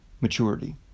maturity